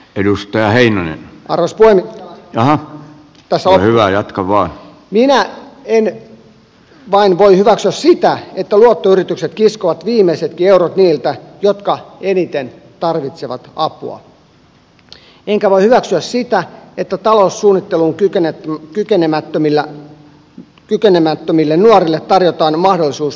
edustaja ei mene alaspäin ja taso on hyvä jatkavan minä en vain voi hyväksyä sitä että luottoyritykset kiskovat viimeisetkin eurot niiltä jotka eniten tarvitsevat apua enkä voi hyväksyä sitä että taloussuunnitteluun kykenemättömille nuorille tarjotaan mahdollisuus ylivelkaantumiseen